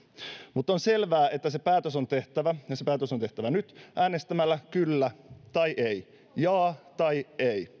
mutta on selvää että se päätös on tehtävä ja se päätös on tehtävä nyt äänestämällä kyllä tai ei jaa tai ei